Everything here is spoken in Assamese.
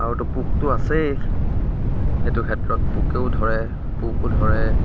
আৰুতো পোকতো আছেই সেইটো ক্ষেত্ৰত পোকেও ধৰে পোকো ধৰে